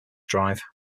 drive